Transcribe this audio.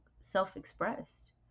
self-expressed